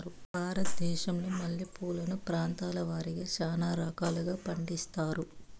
భారతదేశంలో మల్లె పూలను ప్రాంతాల వారిగా చానా రకాలను పండిస్తారు